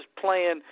playing